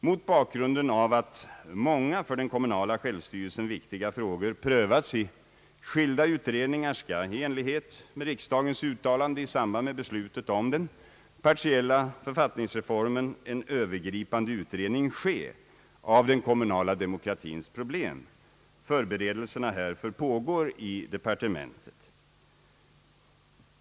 Mot bakgrunden av att många för den kommunala självstyrelsen viktiga frågor prövas i skilda utredningar skall i enlighet med riksdagens uttalande i samband med beslutet om den partiella författningsreformen en genomgripande utredning ske av den kommunala demokratins problem. Förberedelserna härför pågår i departementet.